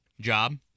job